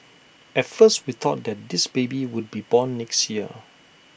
at first we thought that this baby would be born next year